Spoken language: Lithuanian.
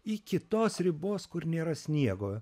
iki tos ribos kur nėra sniego